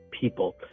people